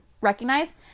recognize